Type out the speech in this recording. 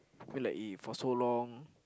I mean like if for so long